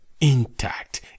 intact